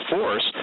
force